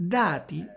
dati